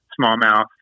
smallmouth